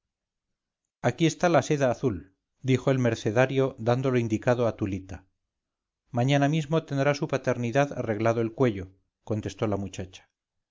aquí está la seda azul dijo el mercenario dando lo indicado a tulita mañana mismo tendrá su paternidad arreglado el cuello contestó la muchacha